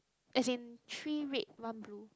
as in three red one blue